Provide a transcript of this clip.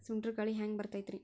ಸುಂಟರ್ ಗಾಳಿ ಹ್ಯಾಂಗ್ ಬರ್ತೈತ್ರಿ?